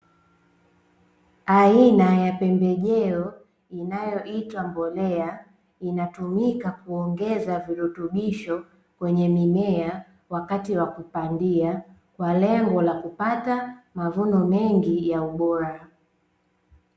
Aina ya pembejeo inayoitwa mbolea, inatumika kuongeza virutubisho kwenye mimea wakati wa kupandia kwa lengo la kupata mavuno mengi ya ubora.